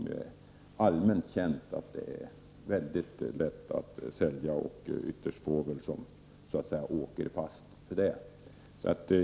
Det är allmänt känt att det är mycket lätt att sälja stöldgods och att ytterst få åker fast.